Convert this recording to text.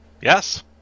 Yes